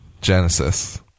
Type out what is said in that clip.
Genesis